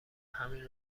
همین